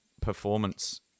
performance